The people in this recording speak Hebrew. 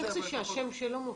איך זה שהשם שלו מופיע?